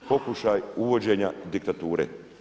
Pokušaj uvođenja diktature.